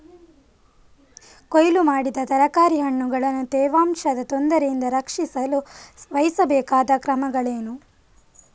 ಕೊಯ್ಲು ಮಾಡಿದ ತರಕಾರಿ ಹಣ್ಣುಗಳನ್ನು ತೇವಾಂಶದ ತೊಂದರೆಯಿಂದ ರಕ್ಷಿಸಲು ವಹಿಸಬೇಕಾದ ಕ್ರಮಗಳೇನು?